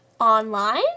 online